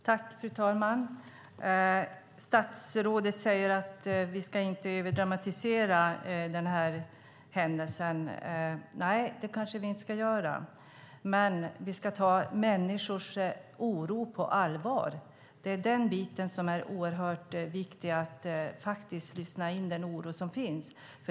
Fru talman! Statsrådet säger att vi inte ska överdramatisera den här händelsen. Det kanske vi inte ska göra, men vi ska ta människors oro på allvar. Det är den biten som är oerhört viktig, att faktiskt lyssna in den oro som finns.